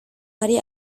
hari